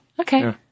Okay